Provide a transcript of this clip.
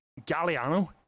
Galliano